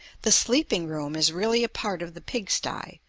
the sleeping room is really a part of the pig-sty,